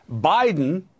Biden